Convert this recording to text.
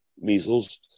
measles